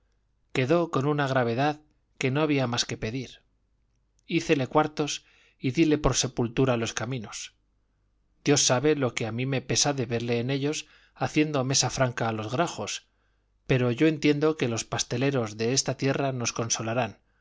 quedó con una gravedad que no había más que pedir hícele cuartos y dile por sepultura los caminos dios sabe lo que a mí me pesa de verle en ellos haciendo mesa franca a los grajos pero yo entiendo que los pasteleros de esta tierra nos consolarán